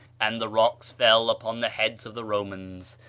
and the rocks fell upon the heads of the romans.